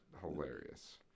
hilarious